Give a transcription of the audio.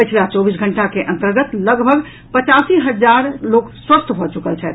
पछिला चौबीस घंटा के अन्तर्गत लगभग पचासी हजार लोक स्वस्थ भऽ चुकल छथि